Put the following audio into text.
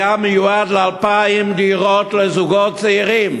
היה מיועד ל-2,000 דירות לזוגות צעירים.